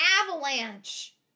avalanche